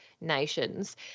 nations